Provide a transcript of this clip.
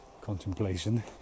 contemplation